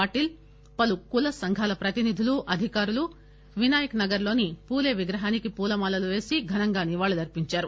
పాటిల్ పలు కుల సంఘాల ప్రతినిధులు అధికారులు వినాయక నగర్ లోని పూలే విగ్రహానికి పూలమాలలు వేసి ఘనంగా నివాళులు అర్పించారు